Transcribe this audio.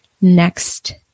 next